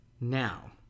Now